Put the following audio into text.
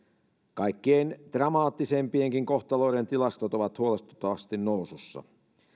kaikkein dramaattisimpienkin kohtaloiden tilastot ovat huolestuttavasti nousussa